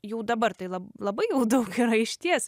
jau dabar tai lab labai jau daug yra išties